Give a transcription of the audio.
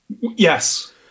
Yes